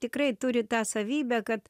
tikrai turi tą savybę kad